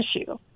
issue